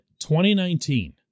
2019